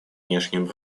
внешним